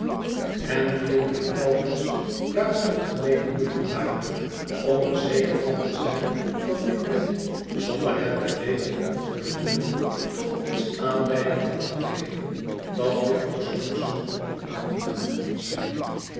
en die het mij telkens buitengemeen moeielijk maakte om er zeker van te zijn dat ik niet zonder het te weten of te bedoelen tot iets aanleiding had gegeven dat jufvrouw summerson onaangenaam kon zijn